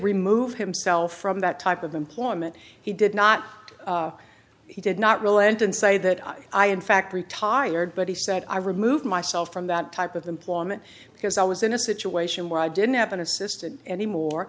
remove himself from that type of employment he did not he did not relent and say that i i in fact retired but he said i removed myself from that type of them plummet because i was in a situation where i didn't happen assisted anymore